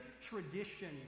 tradition